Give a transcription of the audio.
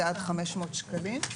זה עד 500 שקלים.